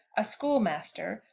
a schoolmaster,